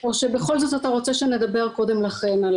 או שבכל זאת אתה רוצה שנדבר קודם לכן על